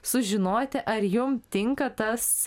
sužinoti ar jum tinka tas